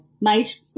mate